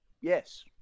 yes